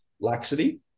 laxity